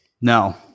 no